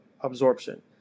absorption